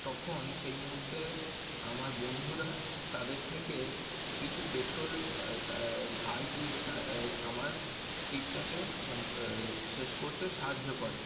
তখন সেই মুহুর্তে আমার বন্ধুরা তাদের থেকে কিছু পেট্রোল ধার দিয়ে তা আমার ট্রিপটাকে কম শেষ করতে সাহায্য করে